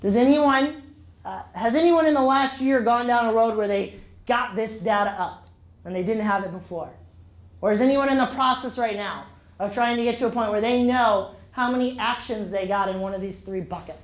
does anyone has anyone in the last year gone down the road where they got this data up and they didn't have before or is anyone in the process right now of trying to get to a point where they know how many actions they got in one of these three bucket